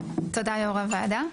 תודה, יו"ר הוועדה,